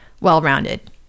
well-rounded